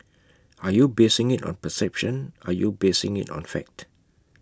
are you basing IT on perception are you basing IT on fact